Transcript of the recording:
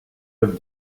have